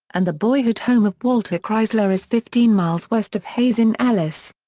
and the boyhood home of walter chrysler is fifteen miles west of hays in ellis.